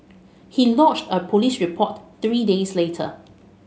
he lodged a police report three days later